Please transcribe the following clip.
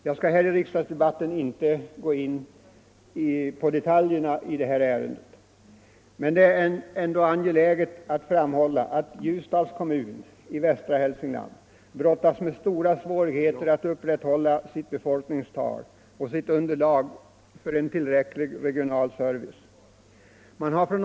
Jag skall här inte gå in på detaljerna i detta ärende. Det är dock angeläget att framhålla att Ljusdals kommun i västra Hälsingland brottas med stora svårigheter att upprätthålla sitt befolkningstal och sitt underlag för en tillräcklig regional service.